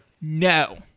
No